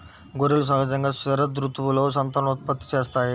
గొర్రెలు సహజంగా శరదృతువులో సంతానోత్పత్తి చేస్తాయి